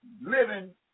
living